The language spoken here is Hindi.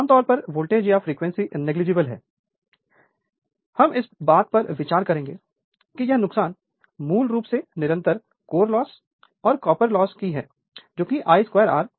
तो आमतौर पर वोल्टेज या फ्रीक्वेंसी नेगलिजिबल है तो हम इस बात पर विचार करेंगे कि यह नुकसान मूल रूप से निरंतर कोर लॉस और कॉपर लॉस है जो कि I2 R लॉस है